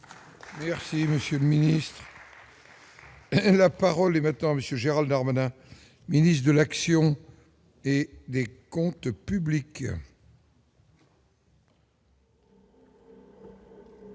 Merci monsieur le ministre. La parole est maintenant monsieur Gérald armé d'un ministre de l'action et des Comptes publics.